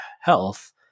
health